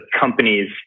companies